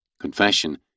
Confession